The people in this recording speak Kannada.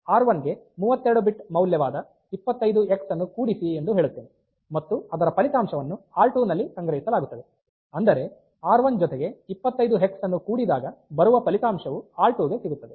ಆದ್ದರಿಂದ ಆರ್1 ಗೆ 32 ಬಿಟ್ ಮೌಲ್ಯವಾದ 25 ಹೆಕ್ಸ್ ಅನ್ನು ಕೂಡಿಸಿ ಎಂದು ಹೇಳುತ್ತೇನೆ ಮತ್ತು ಅದರ ಫಲಿತಂಶವನ್ನು ಆರ್2 ನಲ್ಲಿ ಸಂಗ್ರಹಿಸಲಾಗುತ್ತದೆ ಅಂದರೆ ಆರ್1 ಜೊತೆಗೆ 25 ಹೆಕ್ಸ್ ಅನ್ನು ಕೂಡಿದಾಗ ಬರುವ ಫಲಿತಾಂಶವು ಆರ್2 ಗೆ ಸಿಗುತ್ತದೆ